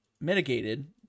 mitigated